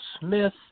Smith